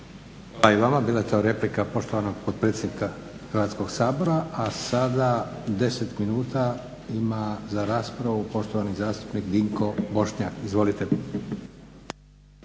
i vama. Bila je to replika poštovanog potpredsjednika Hrvatskog sabora. A sada 10 minuta ima za raspravu poštovani zastupnik Dinko Bošnjak. Izvolite.